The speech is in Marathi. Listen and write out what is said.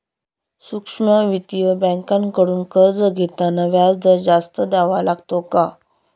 सूक्ष्म वित्तीय बँकांकडून कर्ज घेताना व्याजदर जास्त द्यावा लागतो का?